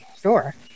sure